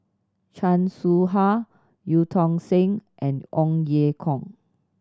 Chan Soh Ha Eu Tong Sen and Ong Ye Kung